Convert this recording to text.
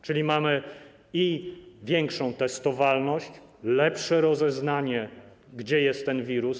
Czyli mamy i większą testowalność, lepsze rozeznanie, gdzie jest ten wirus.